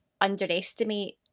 underestimate